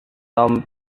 tom